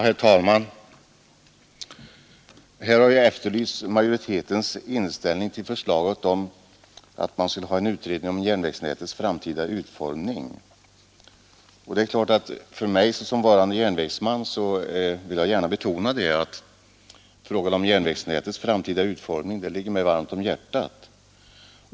Herr talman! Här har efterlysts utskottsmajoritetens inställning till ande järnvägsnätets framtida utform förslaget om en utredning betr ning. Som järnvägsman vill jag gärna betona att frågan om järnvägsnätets framtida utformning ligger mig varmt om hjärtat.